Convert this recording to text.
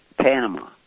Panama